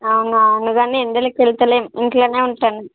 అవునా అందుకని ఎండలకి వెళ్ళలేదు ఇంట్లోనే ఉంటున్నాం